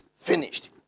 finished